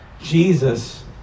Jesus